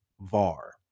VAR